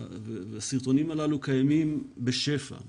והסרטונים הללו קיימים בשפע,